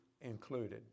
included